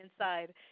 inside